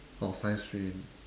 oh science stream